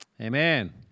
Amen